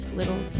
little